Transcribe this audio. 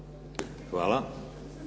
Hvala.